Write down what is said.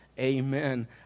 Amen